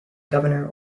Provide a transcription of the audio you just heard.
governor